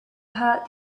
heard